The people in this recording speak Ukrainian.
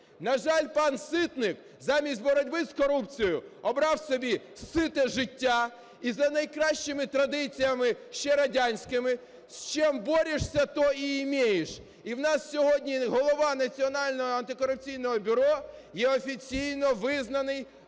На жаль, пан Ситник замість боротьби з корупцією обрав собі сите життя і за найкращими традиціями ще радянськими – з чем борешься, то и имеешь. И в нас сьогодні голова Національного антикорупційного бюро є офіційно визнаний